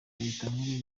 kayitankore